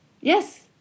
yes